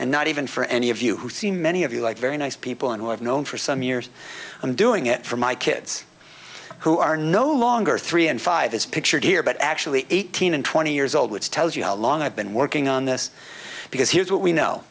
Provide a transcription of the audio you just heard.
and not even for any of you who see many of you like very nice people who have known for some years i'm doing it for my kids who are no longer three and five is pictured here but actually eighteen and twenty years old which tells you how long i've been working on this because here's what we know